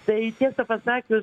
tai tiesą pasakius